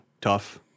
tough